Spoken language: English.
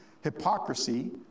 hypocrisy